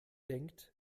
denkt